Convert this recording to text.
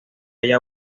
haya